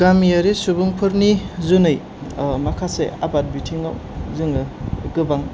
गामियारि सुबुंफोरनि जुनै माखासे आबाद बिथिङाव जोङो गोबां